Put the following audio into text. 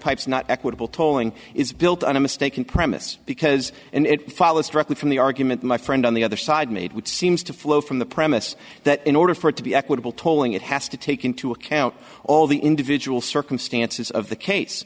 pipes not equitable tolling is built on a mistaken premise because it follows directly from the argument my friend on the other side made which seems to flow from the premise that in order for it to be equitable tolling it has to take into account all the individual circumstances of the case